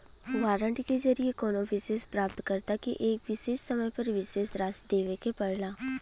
warrant के जरिये कउनो विशेष प्राप्तकर्ता के एक विशेष समय पर विशेष राशि देवे के पड़ला